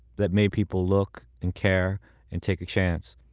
that made people look, and care and take a chance.